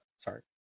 sorry